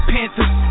Panthers